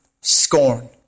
scorn